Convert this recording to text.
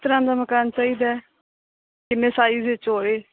ਕਿਸ ਤਰ੍ਹਾਂ ਦਾ ਮਕਾਨ ਚਾਹੀਦਾ ਕਿੰਨੇ ਸਾਈਜ਼ ਵਿੱਚ ਹੋਏ